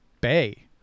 Bay